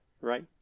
Right